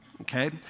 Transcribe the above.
Okay